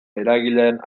eragileen